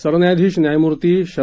सरन्यायाधीश न्यायम्ती एस